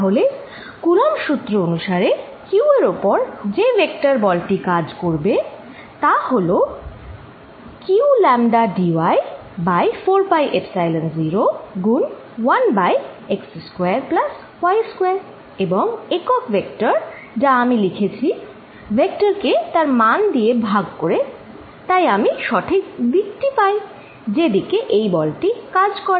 তাহলে কুলম্ব সূত্র coulombs lawঅনুসারে q এর উপর যে ভেক্টর বল টি কাজ করবে তা হল q λdyবাই 4 পাই এপসাইলন 0 গুন 1 বাই xস্কয়ার প্লাসy স্কয়ার এবং একক ভেক্টর যা আমি লিখেছি ভেক্টর কে তার মান দিয়ে বাই করে তাই আমরা সঠিক দিক টি পাই যে দিকে এই বল টি কাজ করে